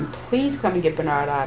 please come and get bernard out